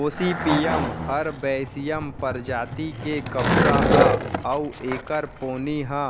Gossypium हरबैसियम परजाति के कपसा ह अउ एखर पोनी ह